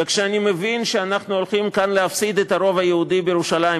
וכשאני מבין שאנחנו הולכים כאן להפסיד את הרוב היהודי בירושלים,